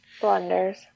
Blunders